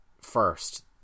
first